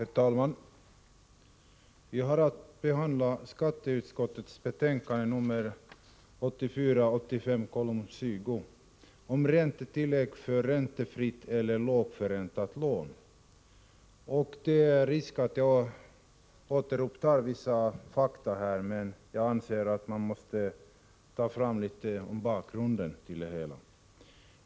Herr talman! Vi har nu att behandla skatteutskottets betänkande 1984/ 85:20 om räntetillägg för räntefritt eller lågförräntat lån. Det finns risk för att jag återupprepar vissa fakta, men jag anser ändå att jag måste ta fram bakgrunden.